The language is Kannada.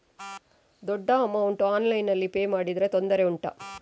ದೊಡ್ಡ ಅಮೌಂಟ್ ಆನ್ಲೈನ್ನಲ್ಲಿ ಪೇ ಮಾಡಿದ್ರೆ ತೊಂದರೆ ಉಂಟಾ?